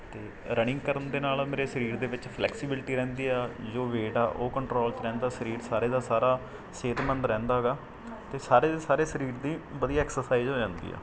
ਅਤੇ ਰਨਿੰਗ ਕਰਨ ਦੇ ਨਾਲ ਮੇਰੇ ਸਰੀਰ ਦੇ ਵਿੱਚ ਫਲੈਕਸੀਬਿਲਟੀ ਰਹਿੰਦੀ ਆ ਜੋ ਵੇਟ ਆ ਉਹ ਕੰਟਰੋਲ 'ਚ ਰਹਿੰਦਾ ਸਰੀਰ ਸਾਰੇ ਦਾ ਸਾਰਾ ਸਿਹਤਮੰਦ ਰਹਿੰਦਾ ਗਾ ਅਤੇ ਸਾਰੇ ਦੇ ਸਾਰੇ ਸਰੀਰ ਦੀ ਵਧੀਆ ਐਕਸਰਸਾਈਜ਼ ਹੋ ਜਾਂਦੀ ਆ